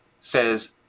says